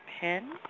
pen